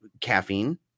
caffeine